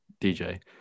DJ